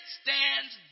stands